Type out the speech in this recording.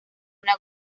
una